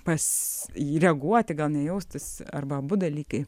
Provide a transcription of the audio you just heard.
pas reaguoti gal ne jaustis arba abu dalykai